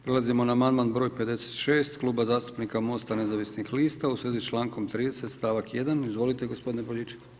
Prelazimo na amandman broj 56 Kluba zastupnika Mosta nezavisnih lista u svezi s člankom 30. stavak 1. Izvolite gospodine Poljičak.